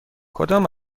کدام